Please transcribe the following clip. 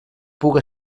puga